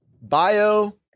bio